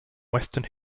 western